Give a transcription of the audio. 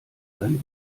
dein